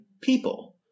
people